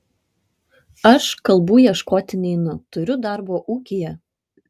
aš kalbų ieškoti neinu turiu darbo ūkyje